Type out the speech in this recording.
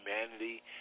humanity